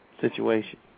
situation